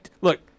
look